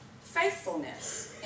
faithfulness